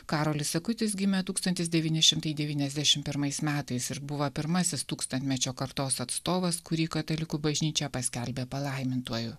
karolis akutis gimė tūkstantis devyni šimtai devyniasdešim pirmais metais ir buvo pirmasis tūkstantmečio kartos atstovas kurį katalikų bažnyčia paskelbė palaimintuoju